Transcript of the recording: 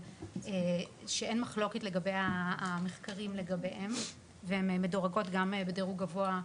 שאין מחלוקת לגבי המחקרים לגביהן והן מדורגות גם בדירוג גבוהה